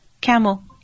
camel